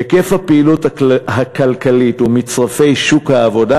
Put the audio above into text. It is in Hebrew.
היקף הפעילות הכלכלית ומצרפי שוק העבודה